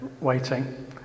waiting